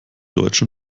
deutsche